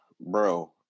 bro